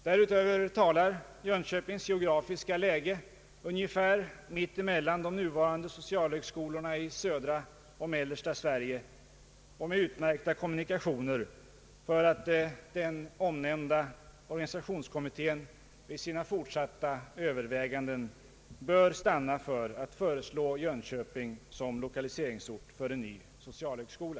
Därutöver talar Jönköpings geografiska läge ungefär mitt emellan de nuvarande socialhögskolorna i södra och mellersta Sverige samt stadens utmärkta kommunikationer för att den omnämnda organisationskommittén i sina fortsatta överväganden bör stanna vid att föreslå Jönköping som lokaliseringsort för en ny socialhögskola.